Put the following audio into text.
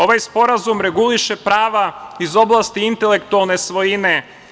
Ovaj sporazum reguliše prava iz oblasti intelektualne svojine.